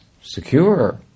secure